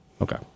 Okay